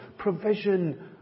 Provision